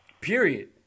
Period